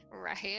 right